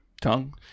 tongue